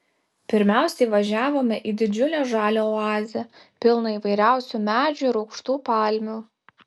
pirmiausia įvažiavome į didžiulę žalią oazę pilną įvairiausių medžių ir aukštų palmių